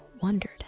wondered